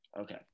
Okay